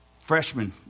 freshman